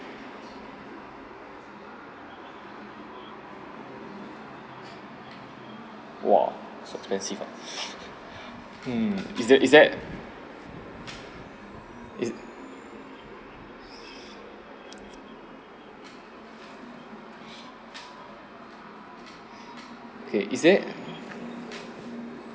!wah! so expensive ah hmm is there is there is okay is there